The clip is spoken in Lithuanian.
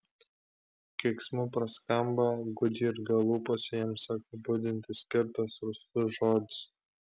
keiksmu praskamba gudjurgio lūpose jiems apibūdinti skirtas rūstus žodis